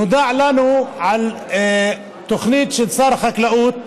נודע לנו על תוכנית של שר החקלאות,